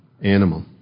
animal